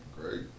Great